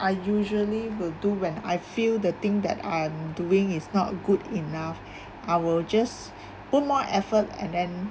I usually will do when I feel the thing that I'm doing is not good enough I will just put more effort and then